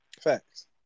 Facts